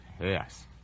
Yes